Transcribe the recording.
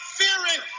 fearing